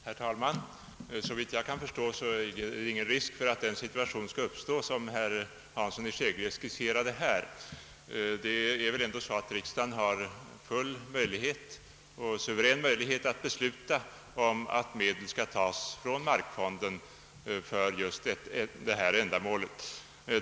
Herr talman! Såvitt jag kan förstå finns det ingen risk för att den situation skall uppstå som herr Hansson i Skegrie skisserade. Riksdagen har dock full och suverän rätt att besluta att medel skall tagas från markfonden för detta ändamål.